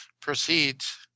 proceeds